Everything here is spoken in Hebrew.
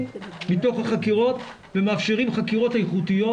בתוך החקירות ומאפשרים חקירות איכותיות,